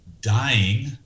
dying